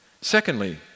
Secondly